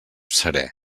seré